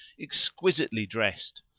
exquisitely dressed,